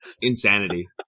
insanity